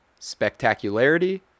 spectacularity